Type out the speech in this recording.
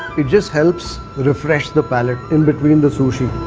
it just helps refresh the palate in between the sushi.